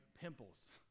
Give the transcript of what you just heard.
pimples